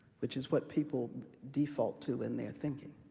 which is what people default to in their thinking.